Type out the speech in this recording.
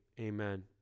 amen